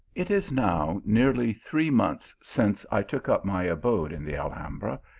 it is now nearly three months since i took up my abode in the alhambra,